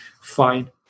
fine